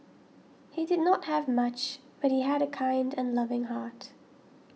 he did not have much but he had a kind and loving heart